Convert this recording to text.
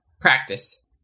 Practice